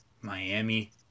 Miami